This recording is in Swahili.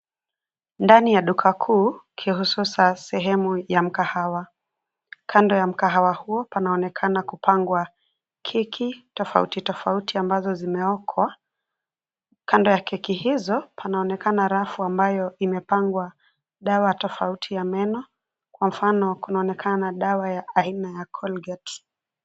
Ndani ya duka kuu, kihususa sehemu ya mkahawa. Kando ya mkahawa huo panaonekana kupangwa, keki, tofauti tofauti ambazo zimeokwa. Kando ya keki hizo panaonekana rafu ambayo imepangwa, dawa tofauti ya meno, kwa mfano kunaonekana kuwa kuna dawa ya aina ya Colgate .